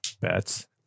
Bets